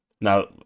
Now